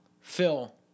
Phil